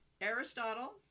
Aristotle